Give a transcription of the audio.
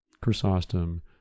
Chrysostom